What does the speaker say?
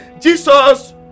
Jesus